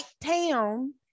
town